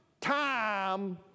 Time